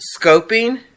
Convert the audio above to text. scoping